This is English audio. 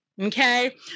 Okay